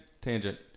Tangent